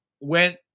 went